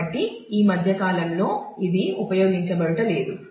కాబట్టి ఈ మధ్య కాలంలో ఇది ఉపయోగించబడుటలేదు